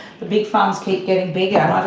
the big farms keep getting bigger.